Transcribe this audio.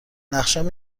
نقشم